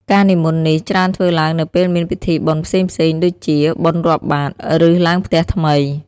ការនិមន្តនេះ ច្រើនធ្វើឡើងនៅពេលមានពិធីបុណ្យផ្សេងៗដូចជា បុណ្យរាប់បាត្រ ឬឡើងផ្ទះថ្មី។